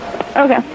Okay